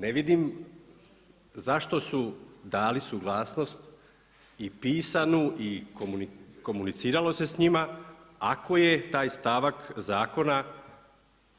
Ne vidim zašto su dali suglasnost i pisanu i komuniciralo se s njima ako je taj stavak zakon